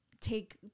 take